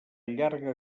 llarga